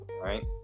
right